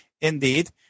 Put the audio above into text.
indeed